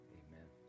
amen